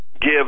give